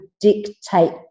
dictate